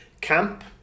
Camp